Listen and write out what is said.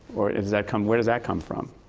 or does that come where does that come from?